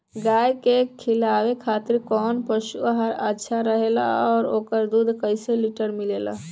गाय के खिलावे खातिर काउन पशु आहार अच्छा रहेला और ओकर दुध कइसे लीटर मिलेला?